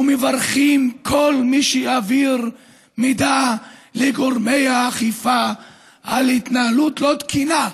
ומברכים כל מי שיעביר מידע לגורמי האכיפה על התנהלות לא תקינה,